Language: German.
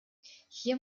hier